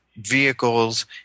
vehicles